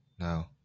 No